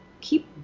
keep